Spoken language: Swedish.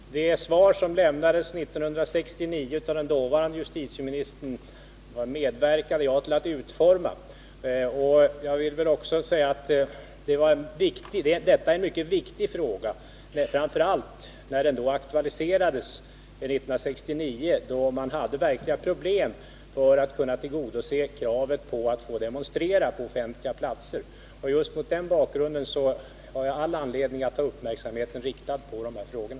Herr talman! Det svar som lämnades 1969 av den dåvarande justitieministern medverkade jag till att utforma. Jag vill även säga att detta är en mycket viktig fråga. Framför allt när den aktualiserades 1969 hade man verkliga problem för att kunna tillgodose kravet på att få demonstrera på offentliga platser. Just mot den bakgrunden har jag all anledning att ha uppmärksamheten riktad på de här frågorna.